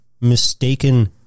mistaken